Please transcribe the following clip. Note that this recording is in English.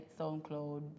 SoundCloud